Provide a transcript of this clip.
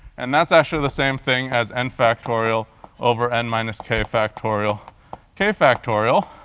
and that's actually the same thing as n factorial over n minus k factorial k factorial,